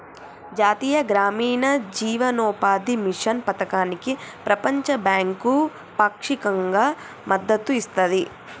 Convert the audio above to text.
జాతీయ గ్రామీణ జీవనోపాధి మిషన్ పథకానికి ప్రపంచ బ్యాంకు పాక్షికంగా మద్దతు ఇస్తది